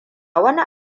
wani